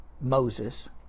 Moses